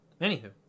Anywho